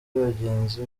bagenzi